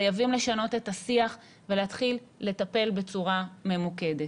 חייבים לשנות את השיח ולהתחיל לטפל בצורה ממוקדת.